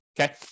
Okay